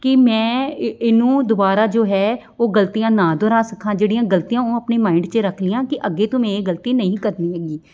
ਕਿ ਮੈਂ ਇ ਇਹਨੂੰ ਦੁਬਾਰਾ ਜੋ ਹੈ ਉਹ ਗਲਤੀਆਂ ਨਾ ਦੁਹਰਾ ਸਕਾਂ ਜਿਹੜੀਆਂ ਗਲਤੀਆਂ ਉਹ ਆਪਣੇ ਮਾਇੰਡ 'ਚ ਰੱਖ ਲਈਆਂ ਕਿ ਅੱਗੇ ਤੋਂ ਮੈਂ ਇਹ ਗਲਤੀ ਨਹੀਂ ਕਰਨੀ ਹੈਗੀ